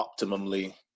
optimally